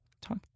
talk